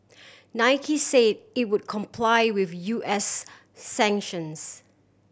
Nike say it would comply with U S sanctions